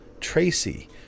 Tracy